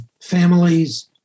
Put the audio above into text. families